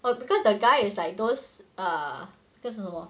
oh because the guy is like those err 那个是什么